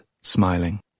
smiling